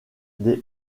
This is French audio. des